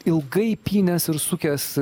ilgai pynęs ir sukęs